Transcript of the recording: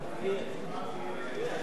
אי-אמון בממשלה לא נתקבלה.